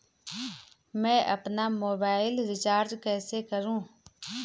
मैं अपना mobile recharge कैसे करूँ?